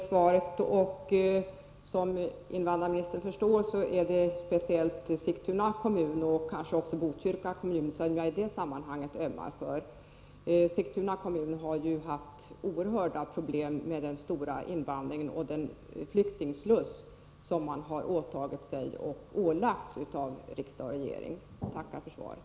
Herr talman! Jag tackar för det svaret. Som invandrarministern förstår är det speciellt Sigtuna kommun, och kanske också Botkyrka kommun, som jag idet sammanhanget ömmar för. Sigtuna kommun har haft oerhörda problem med den stora invandringen och den flyktingsluss som man av riksdag och regering har ålagts att klara. Jag tackar för svaret.